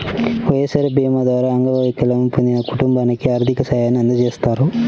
వైఎస్ఆర్ భీమా ద్వారా అంగవైకల్యం పొందిన కుటుంబానికి ఆర్థిక సాయాన్ని అందజేస్తారు